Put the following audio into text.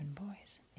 Boys